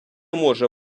може